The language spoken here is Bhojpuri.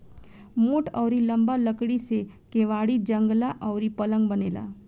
मोट अउरी लंबा लकड़ी से केवाड़ी, जंगला अउरी पलंग बनेला